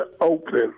open